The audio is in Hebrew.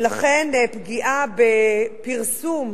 ולכן, פגיעה בפרסום